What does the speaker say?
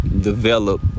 develop